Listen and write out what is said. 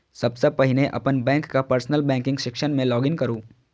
सबसं पहिने अपन बैंकक पर्सनल बैंकिंग सेक्शन मे लॉग इन करू